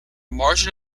margin